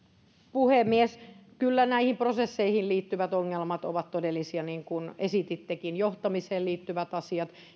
puhemies kyllä näihin prosesseihin liittyvät ongelmat ovat todellisia niin kuin esitittekin johtamiseen liittyvät asiat